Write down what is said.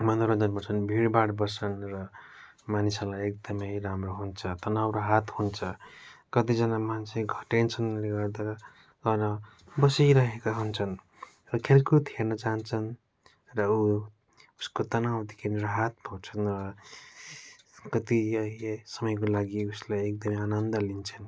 मनोरञ्जन बढ्छन् भिडभाड बढ्छन् र मानिहरूलाई र एकदमै राम्रो हुन्छ तनाउ राहत हुन्छ कतिजना मान्छे टेन्सनले गर्दा बसिरहेका हुन्छन् र खेलकुद हेर्न जान्छन् र उ उसको तनाउदेखि राहत पाउँछन् र कति यै यै समयको लागि उसलाई एकदमै आनन्द लिन्छन्